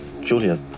Julia